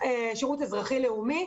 שירות אזרחי לאומי,